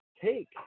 take